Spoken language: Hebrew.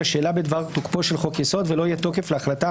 לשאלה בדבר תוקפו של חוק-יסוד ולא יהיה תוקף להחלטה